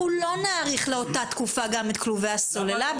אנחנו לא נאריך לאותה תקופה גם את כלובי הסוללה,